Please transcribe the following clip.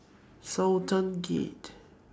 Sultan Gate